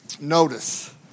notice